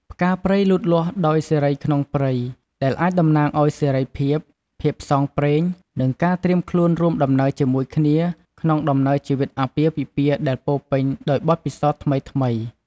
ផ្កាព្រៃលូតលាស់ដោយសេរីក្នុងព្រៃ ដែលអាចតំណាងឱ្យ សេរីភាព ភាពផ្សងព្រេង និងការត្រៀមខ្លួនរួមដំណើរជាមួយគ្នា ក្នុងដំណើរជីវិតអាពាហ៍ពិពាហ៍ដែលពោរពេញដោយបទពិសោធន៍ថ្មីៗ។